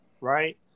right